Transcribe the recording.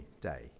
day